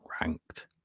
ranked